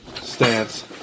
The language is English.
stance